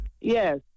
Yes